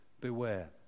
beware